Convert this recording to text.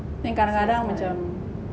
then kadang kadang macam